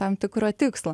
tam tikro tikslo